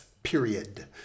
Period